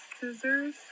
Scissors